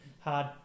hard